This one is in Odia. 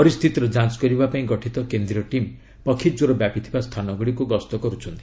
ପରିସ୍ଥିତିର ଯାଞ୍ଚ କରିବା ପାଇଁ ଗଠିତ କେନ୍ଦ୍ରୀୟ ଟିମ୍ ପକ୍ଷୀକ୍ୱର ବ୍ୟାପିଥିବା ସ୍ଥାନଗୁଡ଼ିକୁ ଗସ୍ତ କରୁଛନ୍ତି